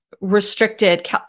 restricted